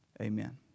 Amen